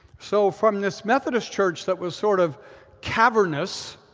so from this methodist church that was sort of cavernous,